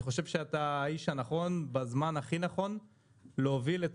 אני חושב שאתה האיש הנכון בזמן הכי נכון להוביל את